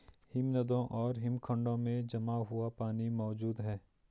हिमनदों और हिमखंडों में जमा हुआ पानी मौजूद हैं